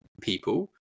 people